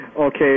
Okay